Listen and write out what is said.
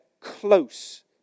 close